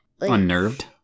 Unnerved